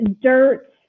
dirt